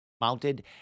mounted